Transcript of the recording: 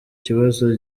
kibazo